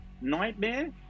Nightmare